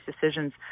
decisions